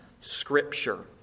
Scripture